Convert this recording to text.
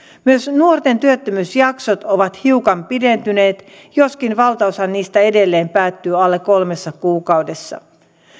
myös nuorten työttömyysjaksot ovat hiukan pidentyneet joskin valtaosa niistä edelleen päättyy alle kolmessa kuukaudessa